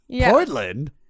Portland